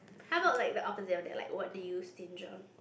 how about like the opposite of that like what do you stinge on